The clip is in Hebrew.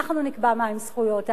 אנחנו נקבע מהן זכויות האדם,